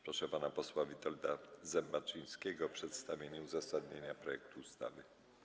Proszę pana posła Witolda Zembaczyńskiego o przedstawienie uzasadnienia projektu ustawy.